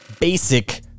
basic